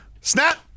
snap